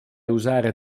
usare